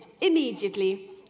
immediately